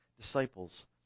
disciples